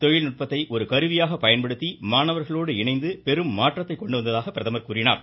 தொழில்நுட்பத்தை ஒரு கருவியாக பயன்படுத்தி மாணவர்களோடு இணைந்து பெரும் மாற்றத்தை கொண்டு வந்ததாக குறிப்பிட்டார்